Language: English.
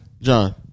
John